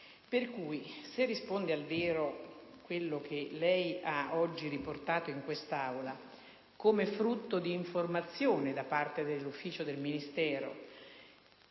Se risponde al vero quanto lei ha oggi riportato in quest'Aula, come frutto di informazione da parte dell'ufficio del Ministero